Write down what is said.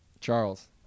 Charles